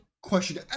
question